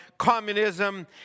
communism